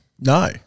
No